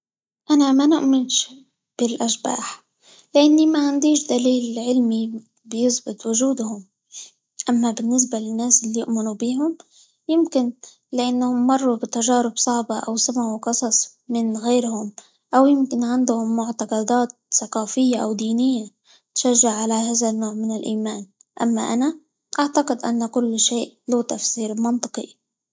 أنا ما نؤمنش بالأشباح؛ لأني معنديش دليل علمي بيثبت وجودهم، أما بالنسبة للناس اللي يؤمنوا بيهم يمكن؛ لأنهم مروا بتجارب صعبة، أو سمعوا قصص من غيرهم، أو يمكن عندهم معتقدات ثقافية، أو دينية تشجع على هذا النوع من الإيمان، أما أنا أعتقد أن كل شيء له تفسير منطقي.